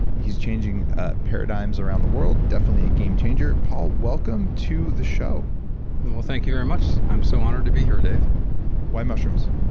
he's changing paradigms around the world, definitely a game changer. paul, welcome to the show well, thank you very much. i'm so honored to be here, dave why mushrooms?